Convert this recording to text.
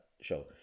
show